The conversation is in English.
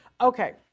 Okay